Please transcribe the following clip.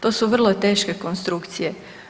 To su vrlo teške konstrukcije.